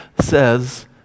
says